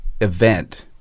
event